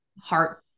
heart